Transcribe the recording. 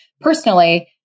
personally